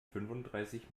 fünfunddreißig